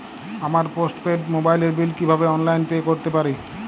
আমার post paid মোবাইলের bill কীভাবে অনলাইনে পে করতে পারি?